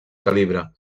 calibre